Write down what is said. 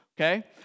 okay